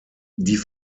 die